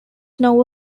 now